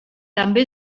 també